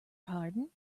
pardon